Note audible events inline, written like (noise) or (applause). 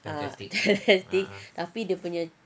ah testing (laughs) tapi dia punya (laughs)